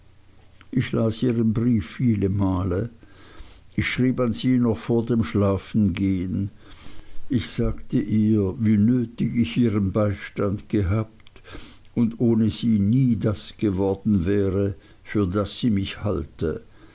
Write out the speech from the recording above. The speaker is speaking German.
ich las ihren brief viele male ich schrieb an sie noch vor dem schlafengehen ich sagte ihr wie nötig ich ihren beistand gehabt und ohne sie nie das geworden wäre für das sie mich halte